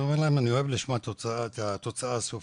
אני אומר להם "אני אוהב לשמוע את התוצאה הסופית",